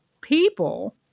people